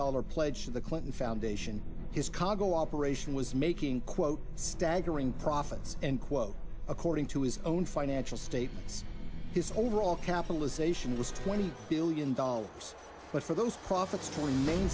dollars pledge the clinton foundation is congo operation was making quote staggering profits end quote according to his own financial statements his overall capitalization was twenty billion dollars but for those